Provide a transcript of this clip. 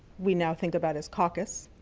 we now think about as caucus,